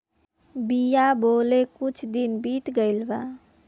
बिया बोवले कुछ दिन बीत गइल बा